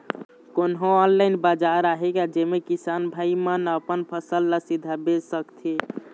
कोन्हो ऑनलाइन बाजार आहे का जेमे किसान भाई मन अपन फसल ला सीधा बेच सकथें?